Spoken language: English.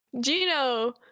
Gino